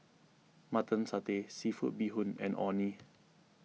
Mutton Satay Seafood Bee Hoon and Orh Nee